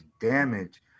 damage